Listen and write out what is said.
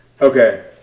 Okay